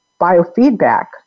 biofeedback